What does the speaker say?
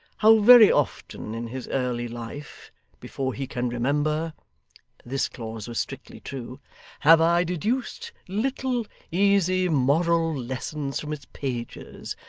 how very often in his early life before he can remember' this clause was strictly true have i deduced little easy moral lessons from its pages,